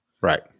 Right